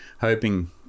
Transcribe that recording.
hoping